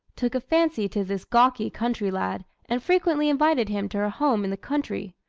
took a fancy to this gawky country lad and frequently invited him to her home in the country.